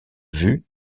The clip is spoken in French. vue